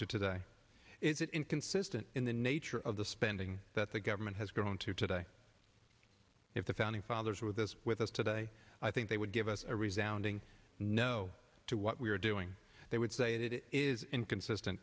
to today is it inconsistent in the nature of the spending that the government has grown to today if the founding fathers were with us with us today i think they would give us a sounding no to what we're doing they would say that it is inconsistent